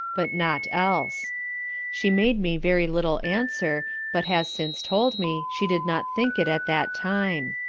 but not else she made me very little answer, but has since told me, she did not think it at that time.